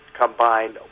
combined